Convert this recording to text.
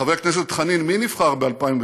חבר הכנסת חנין, מי נבחר ב-2009?